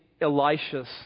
Elisha's